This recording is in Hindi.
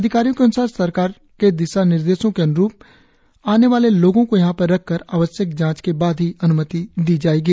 अधिकारियों के अन्सार सरकार दिशा निर्देशों के अन्रुप आने वाले लोगों को यहां पर रखकर आवश्यक जांच के बाद ही अन्मति दी जायेगी